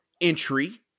entry